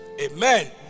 amen